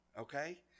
okay